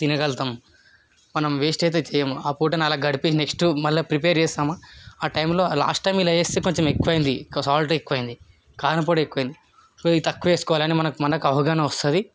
తినగలతాం మనం వేస్ట్ అయితే చెయ్యము ఆ పూటని అలా గడిపి నెక్స్ట్ మళ్ళీ ప్రిపేర్ చేస్తామ ఆ టైంలో లాస్ట్ టైం ఇలా చేస్తే కొంచం ఎక్కువైంది సాల్ట్ ఎక్కువైంది కారం పొడి ఎక్కువైంది సో ఇది తక్కువ వేస్కోవాలి అని మనకి మనకి అవగాహన వస్తుంది